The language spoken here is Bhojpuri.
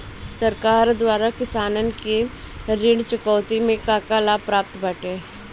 सरकार द्वारा किसानन के ऋण चुकौती में का का लाभ प्राप्त बाटे?